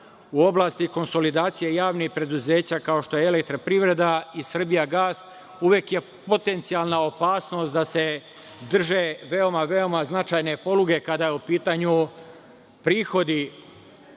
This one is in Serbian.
u oblasti konsolidacije javnih preduzeća, kao što je „Elektroprivreda“ i „Srbijagas“, uvek je potencijalna opasnost da se drže veoma, veoma značajne poluge kada su u pitanju